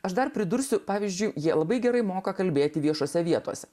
aš dar pridursiu pavyzdžiui jie labai gerai moka kalbėti viešose vietose